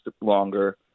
longer